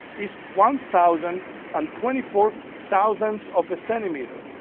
is one thousand and twenty four thousandths of a centimeter,